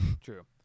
True